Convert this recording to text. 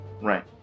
Right